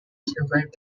survived